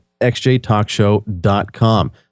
xjtalkshow.com